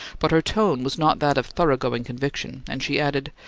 but her tone was not that of thoroughgoing conviction, and she added,